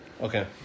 Okay